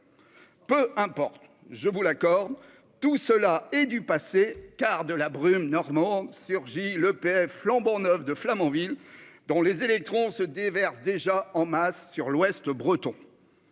Peu importe, tout cela est du passé, car, de la brume normande, surgit l'EPR flambant neuf de Flamanville, dont les électrons se déversent déjà en masse sur l'Ouest breton